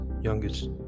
youngest